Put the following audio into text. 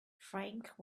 frank